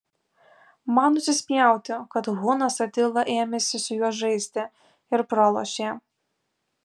man nusispjauti kad hunas atila ėmėsi su juo žaisti ir pralošė